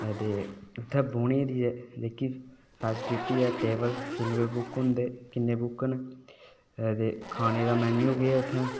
दे उत्थै बौह्ने दी जेह्की फेसलिटी ऐ टेबल किन्ने बजे बुक होंदे किन्ने बुक न ते खाने दा मेन्यू केह् ऐै उत्थै